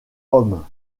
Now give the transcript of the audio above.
hommes